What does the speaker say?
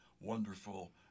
wonderful